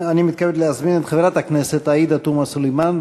אני מתכבד להזמין את חברת הכנסת עאידה תומא סלימאן,